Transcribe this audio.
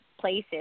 places